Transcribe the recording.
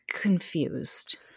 confused